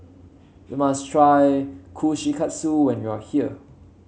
you must try Kushikatsu when you are here